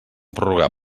prorrogar